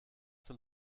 zum